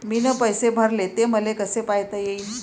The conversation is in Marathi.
मीन पैसे भरले, ते मले कसे पायता येईन?